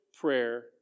prayer